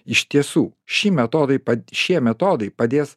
iš tiesų ši metodai padės šie metodai padės